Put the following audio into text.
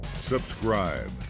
subscribe